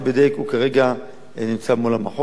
הוא כרגע נמצא מול המחוז וזה בטיפול.